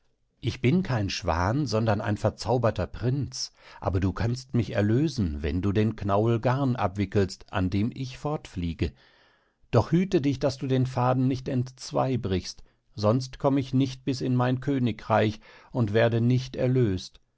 ich bin kein schwan sondern ein verzauberter prinz aber du kannst mich erlösen wenn du den knauel garn abwickelst an dem ich fortfliege doch hüte dich daß du den faden nicht entzwei brichst sonst komm ich nicht bis in mein königreich und werde nicht erlöst